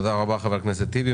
תודה רבה, חבר הכנסת טיבי.